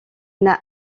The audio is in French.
n’a